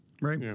Right